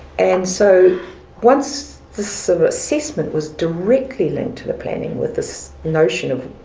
and so once this sort of assessment was directly linked to the planning with this notion of,